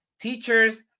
teachers